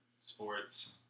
Sports